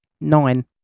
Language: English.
Nine